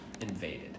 invaded